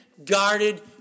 Guarded